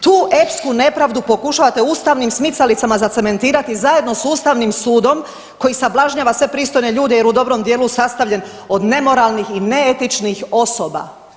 Tu epsku nepravdu pokušavate ustavnim smicalicama zacementirati zajedno s Ustavnim sudom koji sablažnjava sve pristojne ljude jer je u dobrom dijelu sastavljen od nemoralnih i neetičnih osoba.